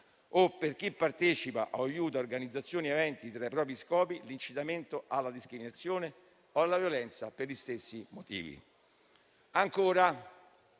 o per chi partecipa o aiuta organizzazioni aventi tra i propri scopi l'incitamento alla discriminazione o alla violenza per gli stessi motivi.